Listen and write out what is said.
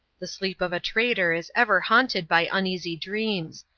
the sleep of a traitor is ever haunted by uneasy dreams,